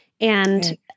and-